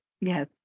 Yes